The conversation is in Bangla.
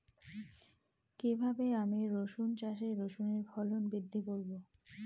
কীভাবে আমি রসুন চাষে রসুনের ফলন বৃদ্ধি করব?